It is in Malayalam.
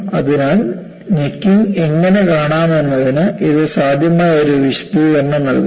അതിനാൽ നെക്കിങ് എങ്ങനെ കാണാമെന്നതിന് ഇത് സാധ്യമായ ഒരു വിശദീകരണം നൽകുന്നു